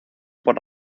por